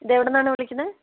ഇതെവിടെ നിന്നാണ് വിളിക്കണത്